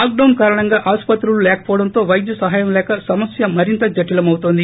lockdown కారణంగా ఆసుపత్రులు లేకవోవడంతో వైద్య సహాయం లేక సమస్య మరింత జటిలమవుతోంది